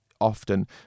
often